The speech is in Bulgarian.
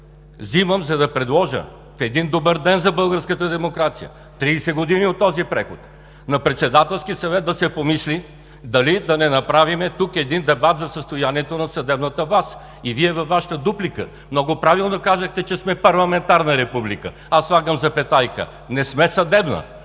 вземам, за да предложа в един добър ден за българската демокрация, 30 години от този преход, на Председателски съвет да се помисли дали да не направим тук един дебат за състоянието на съдебната власт. И Вие във Вашата дуплика много правилно казахте, че сме парламентарна република, аз слагам запетайка, не сме съдебна.